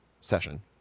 Session